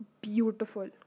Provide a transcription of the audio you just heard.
beautiful